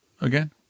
again